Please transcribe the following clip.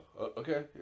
okay